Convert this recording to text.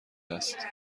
است